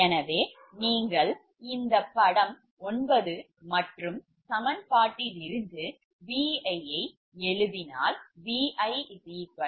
எனவே நீங்கள் இந்த படம் 9 மற்றும் சமன்பாட்டிலிருந்து Vi எழுதினால் ViZi1I1Zi2I2